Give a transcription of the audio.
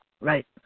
right